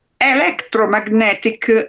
electromagnetic